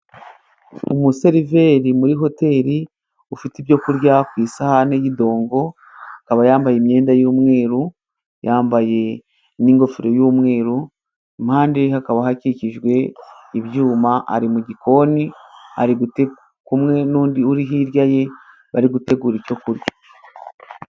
Umuseriveri muri hoteri, ufite ibyo kurya ku isahani y'idongo, akaba yambaye imyenda y'umweru, yambaye n'ingofero y'umweru, impande hakaba hakikijwe ibyuma, ari mu gikoni, ari kumwe n'undi uri hirya ye, bari gutegura icyo kurya.